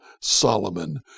Solomon